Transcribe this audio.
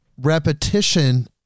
repetition